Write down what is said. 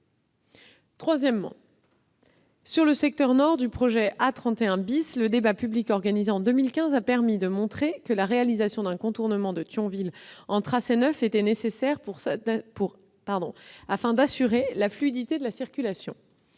concernant le secteur nord du projet de l'A31 , le débat public organisé en 2015 a permis de montrer que la réalisation d'un contournement de Thionville en tracé neuf était nécessaire pour assurer la fluidité de la circulation.